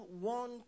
one